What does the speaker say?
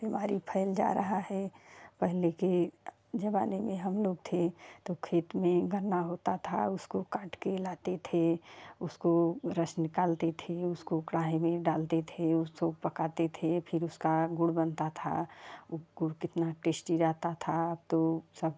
बीमारी फैल जा रहा है पहले के जमाने में हम लोग थे तो खेत में गन्ना होता था उसको काट के लाते थे उसको रस निकालते थे उसको कढ़ाई में डालते थे उसको पकाते थे फिर उसका गुड़ बनता था वो गुड़ कितना टेस्टी रहता था तो सब